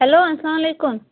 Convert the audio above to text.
hello اسلامُ علیکم